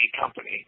company